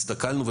הסתכלנו,